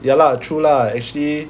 ya lah true lah actually